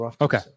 Okay